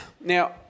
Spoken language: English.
Now